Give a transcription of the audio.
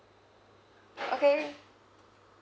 okay